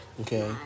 okay